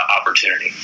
opportunity